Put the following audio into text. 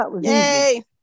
Yay